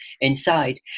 inside